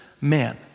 man